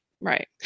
Right